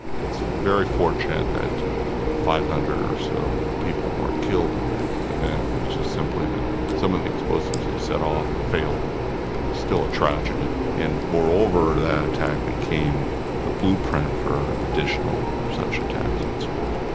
it's very fortunate that five hundred or so people weren't killed in the event, it's just simply that some of the explosives they set off failed. it's and still a tragedy. and moreover that attack became the blueprint for additional such attacks on schools.